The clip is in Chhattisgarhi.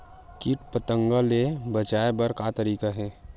कीट पंतगा ले बचाय बर का तरीका हे?